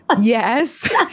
Yes